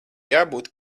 jābūt